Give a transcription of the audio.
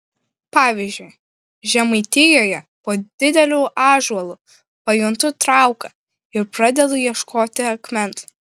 pavyzdžiui žemaitijoje po dideliu ąžuolu pajuntu trauką ir pradedu ieškoti akmens